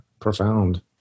profound